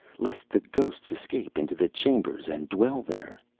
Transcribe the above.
lest the ghosts escape into the chambers and dwell there.